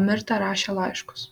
o mirta rašė laiškus